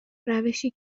روشی